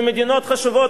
ומדינות חשובות,